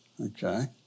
Okay